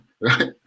right